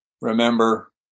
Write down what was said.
remember